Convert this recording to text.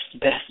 best